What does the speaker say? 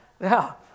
Now